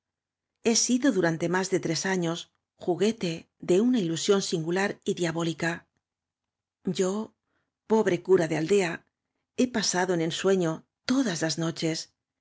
he sido durante más de tres años juguete de una ilusión singular y diabólí ca yo pobre cura de aldea he pasado en en sueño todas las noches